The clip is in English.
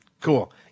Cool